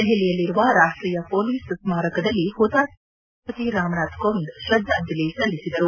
ದೆಹಲಿಯಲ್ಲಿರುವ ರಾಷ್ಷೀಯ ಮೊಲೀಸ್ ಸ್ಮಾರಕದಲ್ಲಿ ಹುತಾತ್ಮ ಮೊಲೀಸರಿಗೆ ರಾಷ್ಷಪತಿ ರಾಮನಾಥ್ ಕೋವಿಂದ್ ತ್ರದ್ದಾಂಜಲಿ ಸಲ್ಲಿಸಿದರು